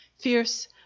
Fierce